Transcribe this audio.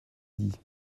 dit